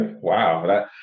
wow